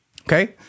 okay